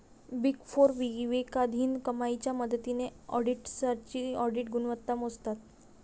big four विवेकाधीन कमाईच्या मदतीने ऑडिटर्सची ऑडिट गुणवत्ता मोजतात